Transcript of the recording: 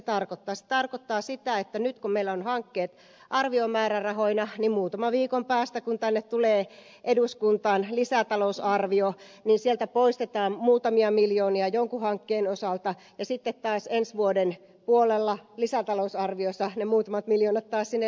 se tarkoittaa sitä että nyt kun meillä ovat hankkeet arviomäärärahoina niin muutaman viikon päästä kun tänne tulee eduskuntaan lisätalousarvio sieltä poistetaan muutamia miljoonia jonkin hankkeen osalta ja sitten ensi vuoden puolella lisätalousarviossa ne muutamat miljoonat taas sinne lisätään